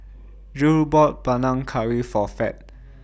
Jule bought Panang Curry For Fed